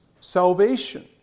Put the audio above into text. salvation